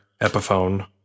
Epiphone